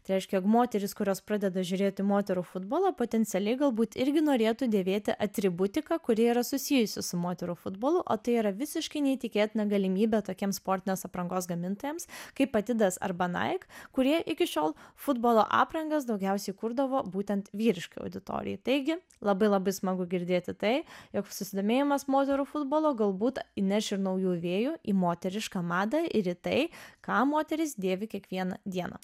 tai reiškia moterys kurios pradeda žiūrėti moterų futbolą potencialiai galbūt irgi norėtų dėvėti atributiką kuri yra susijusi su moterų futbolu o tai yra visiškai neįtikėtina galimybė tokiems sportinės aprangos gamintojams kaip adidas arba nike kurie iki šiol futbolo aprangas daugiausiai kurdavo būtent vyriškai auditorijai taigi labai labai smagu girdėti tai jog susidomėjimas moterų futbolu galbūt įneš ir naujų vėjų į moterišką madą ir į tai ką moterys dėvi kiekvieną dieną